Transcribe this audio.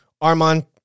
Armand